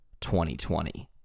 2020